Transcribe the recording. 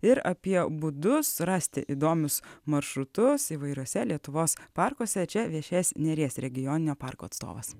ir apie būdus rasti įdomius maršrutus įvairiuose lietuvos parkuose čia viešės neries regioninio parko atstovas